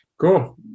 Cool